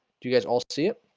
do you guys all see it?